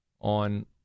on